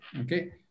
okay